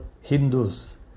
Hindus